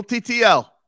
TTL